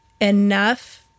enough